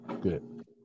Good